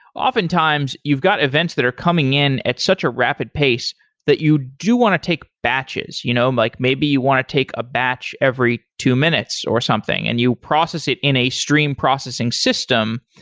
oftentimes, you've got events that are coming in in such a rapid pace that you do want to take batches. you know like maybe you want to take a batch every two minutes or something and you process it in a streamed processing system,